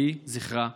יהי זכרה ברוך.